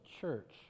church